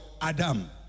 Adam